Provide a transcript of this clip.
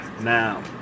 Now